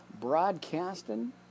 Broadcasting